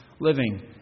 living